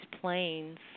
planes